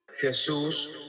Jesús